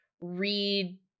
read